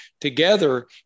together